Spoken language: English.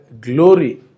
glory